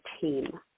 team